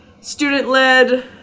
student-led